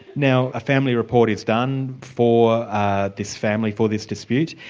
now a family report is done for this family, for this dispute,